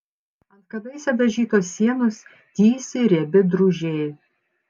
ant kadaise dažytos sienos tįsi riebi drūžė